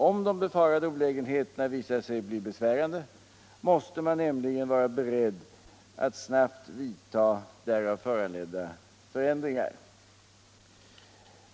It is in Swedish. Om de befarade olägenheterna visar sig besvärande, måste man nämligen vara beredd att snabbt vidta därav föranledda förändringar.